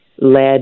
led